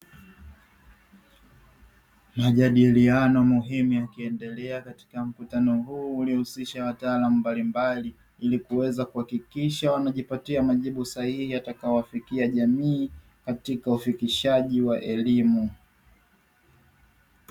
Majadiliano muhimu yakiendelea katika mkutano huu, ulio husisha wataalamu mbalimbali, ili kuweza kuhakikisha wanajipatia majibu sahihi, yatakayo wafikia jamii katika ufikishaji wa elimu,